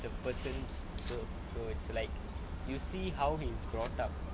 the person's story so you see how he's brought up